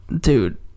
Dude